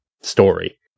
story